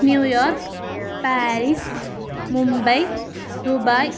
New York Paris Mumbai Dubai